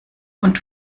und